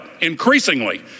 increasingly